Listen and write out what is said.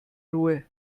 ruhe